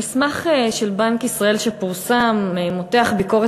המסמך של בנק ישראל שפורסם מותח ביקורת